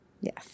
Yes